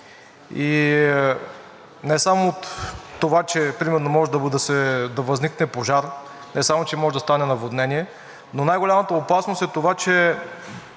Не само от това, че примерно може да възникне пожар, не само че може да стане наводнение, но най-голямата опасност е това, че